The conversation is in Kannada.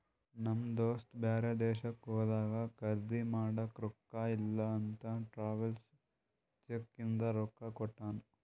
ನಮ್ ದೋಸ್ತ ಬ್ಯಾರೆ ದೇಶಕ್ಕ ಹೋದಾಗ ಖರ್ದಿ ಮಾಡಾಕ ರೊಕ್ಕಾ ಇಲ್ಲ ಅಂತ ಟ್ರಾವೆಲರ್ಸ್ ಚೆಕ್ ಇಂದ ರೊಕ್ಕಾ ಕೊಟ್ಟಾನ